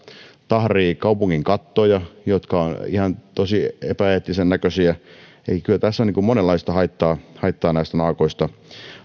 tahrivat kaupungin kattoja jotka ovat ihan tosi epäeettisen näköisiä elikkä kyllä näistä naakoista on monenlaista haittaa haittaa